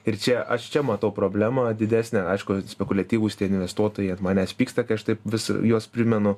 ir čia aš čia matau problemą didesnę aišku spekuliatyvūs tie investuotojai jie ant manęs pyksta kai aš taip vis juos primenu